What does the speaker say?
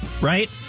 right